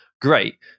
great